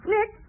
Nick